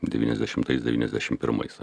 devyniasdešimtais devyniasdešimt pirmais